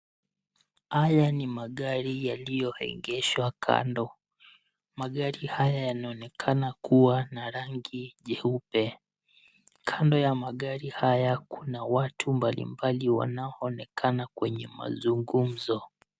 Haya ni magari yaliyoegeshwa kando. Magari haya yanaonekana kuwa na rangi jeupe. Kando ya magari haya kuna watu mbalimbali wanaoonekana kwenye mazungumzo.